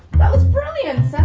that was brilliant,